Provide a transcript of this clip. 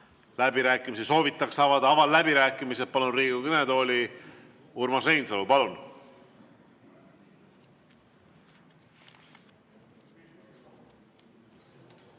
Läbirääkimisi soovitakse avada. Avan läbirääkimised. Palun Riigikogu kõnetooli Urmas Reinsalu. Palun!